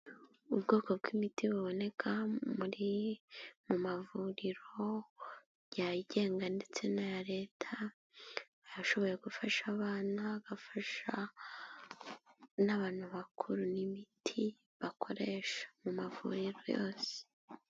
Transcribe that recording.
Ubwoko bw'imiti buboneka muri mu mavuriro, yigenga ndetse n'aya Leta ashoboye gufasha abana agafasha n'abantu bakuru, ni imiti bakoresha mu mavuriro yose.